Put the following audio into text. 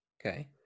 okay